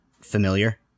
familiar